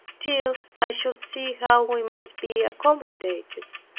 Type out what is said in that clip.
till i should see how we might be accommodated.